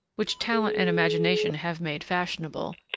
which talent and imagination have made fashionable,